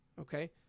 Okay